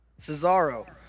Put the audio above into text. Cesaro